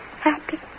Happy